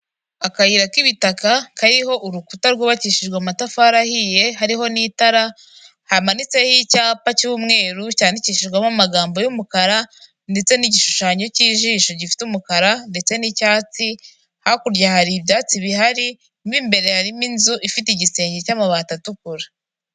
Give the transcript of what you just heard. Akayira k'ibitaka kariho urukuta rwubakishijwe amatafari ahiye hariho n'itara, hamanitseho icyapa cy'umweru cyandikishijwemo amagambo y'umukara ndetse n'igishushanyo cy'ijisho gifite umukara ndetse n'icyatsi. Hakurya hari ibyatsi bihari, mu imbere harimo inzu ifite igisenge cy'amabati atukura.